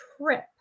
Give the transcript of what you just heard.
trip